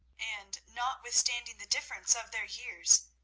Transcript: and notwithstanding the difference of their years,